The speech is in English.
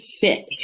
fit